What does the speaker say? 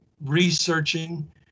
researching